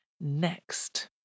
Next